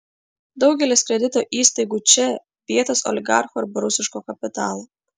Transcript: daugelis kredito įstaigų čia vietos oligarchų arba rusiško kapitalo